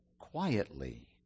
quietly